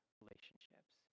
relationships